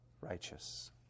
righteous